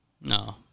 No